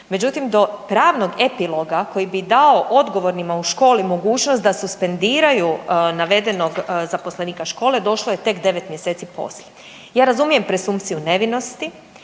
Međutim, do pravnog epiloga koji bi dao odgovornima u školi mogućnost da suspendiraju navedenog zaposlenika škole došlo je tek 9 mjeseci poslije. Ja razumijem presumkciju nevinosti,